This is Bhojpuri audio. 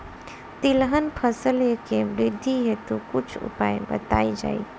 तिलहन फसल के वृद्धी हेतु कुछ उपाय बताई जाई?